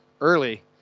early